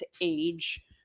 age